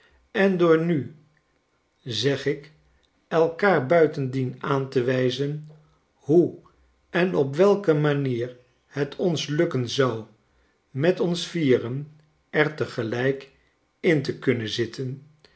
en door nu zeg ik elkaar buitendien aan te wijzen hoe en op welke manier het ons lukken zou met ons vieren er tegelijk in te kunnen zitten